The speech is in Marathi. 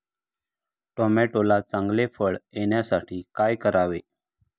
टोमॅटोला चांगले फळ येण्यासाठी काय करावे?